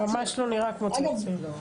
זה ממש לא נראה כמו צעצוע.